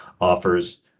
offers